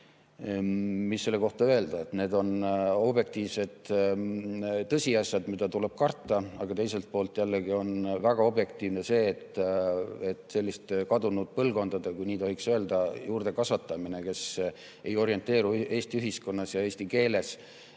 Mida selle kohta öelda? Need on objektiivsed tõsiasjad, mida tuleb karta. Aga teiselt poolt jällegi on väga objektiivne see, et selliste kadunud põlvkondade, kui nii tohib öelda, juurde kasvatamine, kes ei orienteeru Eesti ühiskonnas ja eesti keeles,